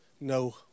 no